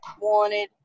wanted